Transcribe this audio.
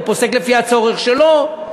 הוא פוסק לפי הצורך שלו.